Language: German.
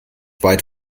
weit